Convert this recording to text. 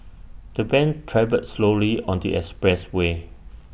the van travelled slowly on the expressway